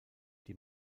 die